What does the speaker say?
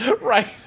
Right